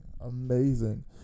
Amazing